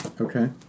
Okay